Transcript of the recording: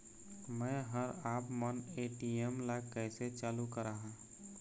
मैं हर आपमन ए.टी.एम ला कैसे चालू कराहां?